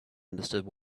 understood